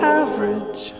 average